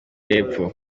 y’epfo